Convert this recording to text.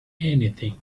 anything